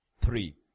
Three